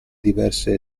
diverse